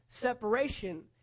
separation